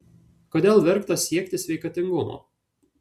kodėl verta siekti sveikatingumo